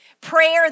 Prayer